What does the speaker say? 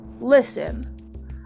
Listen